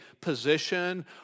position